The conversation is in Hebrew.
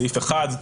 סעיף 1,